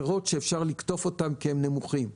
הפירות שאפשר לקטוף אותם כי הם נמוכים.